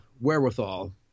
wherewithal